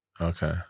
okay